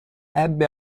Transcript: ebbe